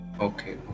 okay